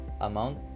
amount